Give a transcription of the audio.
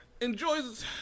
Enjoys